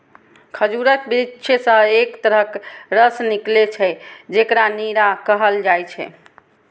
खजूरक वृक्ष सं एक तरहक रस निकलै छै, जेकरा नीरा कहल जाइ छै